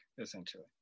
Essentially